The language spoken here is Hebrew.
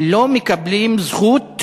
לא מקבלים את זכות